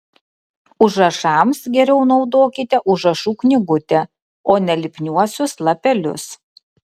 užrašams geriau naudokite užrašų knygutę o ne lipniuosius lapelius